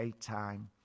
time